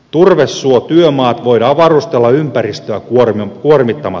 turvesuotyömaat voidaan varustella ympäristöä kuormittamattomiksi